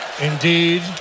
Indeed